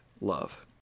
love